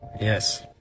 Yes